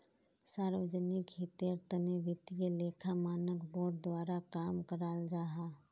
सार्वजनिक हीतेर तने वित्तिय लेखा मानक बोर्ड द्वारा काम कराल जाहा